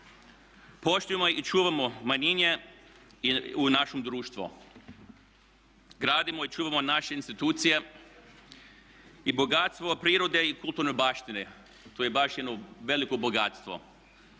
Poštujemo i čuvamo manjine u našem društvu. Gradimo i čuvamo naše institucije i bogatstvo prirode i kulturne baštine. Ta je baština veliko bogatstvo